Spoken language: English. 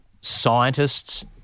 scientists